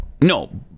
no